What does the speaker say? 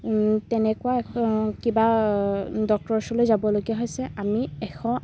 তেনেকুৱা কিবা ডক্টৰ ওচৰলৈ যাবলগীয়া হৈছে আমি এশ